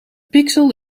pixel